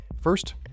First